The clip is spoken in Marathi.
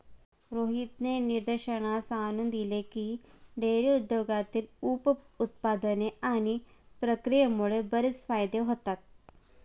रोहितने निदर्शनास आणून दिले की, डेअरी उद्योगातील उप उत्पादने आणि प्रक्रियेमुळे बरेच फायदे होतात